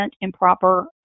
improper